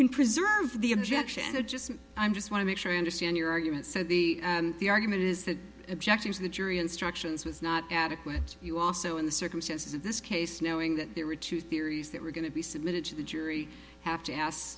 can preserve the objection i just i'm just want to make sure i understand your argument so the argument is that objecting to the jury instructions was not adequate you also in the circumstances of this case knowing that there were two theories that were going to be submitted to the jury have to ask